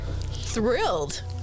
thrilled